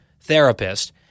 therapist